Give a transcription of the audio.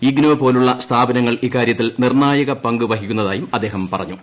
ഇഗ്നോ പോലുള്ള സ്ഥാപനങ്ങൾ ഇക്കാരൃത്തിൽ നിർണ്ണായക പങ്കുവഹിക്കുന്നതായും അദ്ദേഹം പറഞ്ഞു